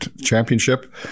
Championship